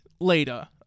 later